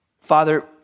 Father